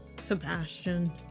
Sebastian